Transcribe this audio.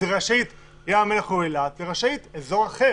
אז רשאית גם אזור אחר.